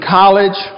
college